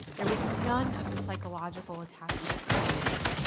there was none of the psychological attachment to,